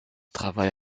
travaille